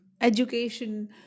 education